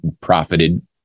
profited